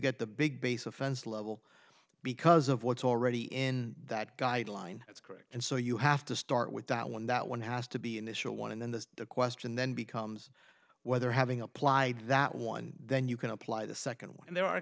get the big base offense level because of what's already in that guideline that's correct and so you have to start with that one that one has to be initial one and then the question then becomes whether having applied that one then you can apply the second one and there are